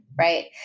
right